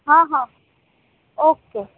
હા હા ઓકે